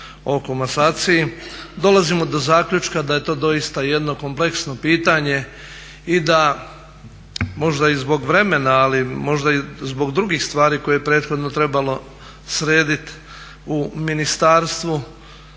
o komasaciji dolazimo do zaključka da je to doista jedno kompleksno pitanje i da možda i zbog vremena, a možda i zbog drugih stvari koje je prethodno trebalo srediti u ministarstvu